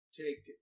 take